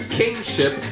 kingship